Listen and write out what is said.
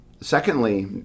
Secondly